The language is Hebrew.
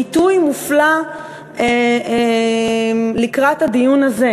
בעיתוי מופלא לקראת הדיון הזה.